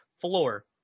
floor